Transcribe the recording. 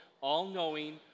all-knowing